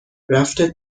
رفته